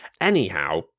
Anyhow